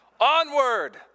onward